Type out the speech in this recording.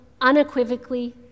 unequivocally